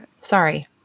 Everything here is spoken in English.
Sorry